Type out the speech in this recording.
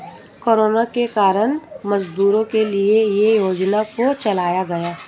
corona के कारण मजदूरों के लिए ये योजना को चलाया गया